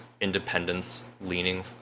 independence-leaning